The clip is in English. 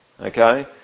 okay